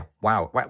wow